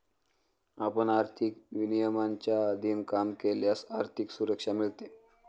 आपण आर्थिक विनियमांच्या अधीन काम केल्यास आर्थिक सुरक्षा मिळते